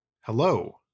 Hello